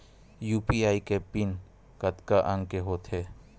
UPI के PIN कतका अंक के होथे?